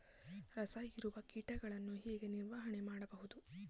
ರಸ ಹೀರುವ ಕೀಟಗಳನ್ನು ಹೇಗೆ ನಿರ್ವಹಣೆ ಮಾಡಬಹುದು?